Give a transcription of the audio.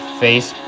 face